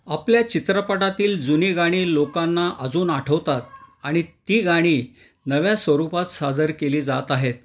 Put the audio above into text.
आपल्या चित्रपटातील जुनी गाणी लोकांना अजून आठवतात आणि ती गाणी नव्या स्वरूपात सादर केली जात आहेत